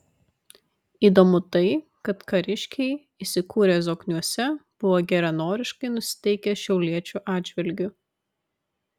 įdomu tai kad kariškiai įsikūrę zokniuose buvo geranoriškai nusiteikę šiauliečių atžvilgiu